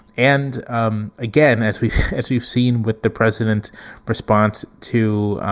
and um again, as we as we've seen with the president's response to